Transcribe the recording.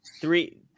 three